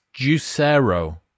Juicero